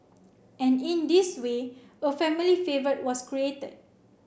and in this way a family favourite was created